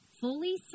fully